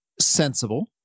sensible